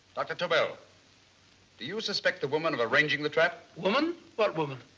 dr. tobel, do you suspect the woman of arranging the trap? woman? what woman?